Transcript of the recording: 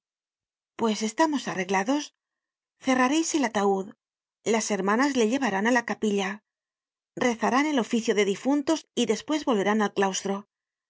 pues estamos arreglados cerrareis el ataud las hermanas le llevarán á la capilla rezarán el oficio de difuntos y despues volverán al claustro